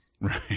right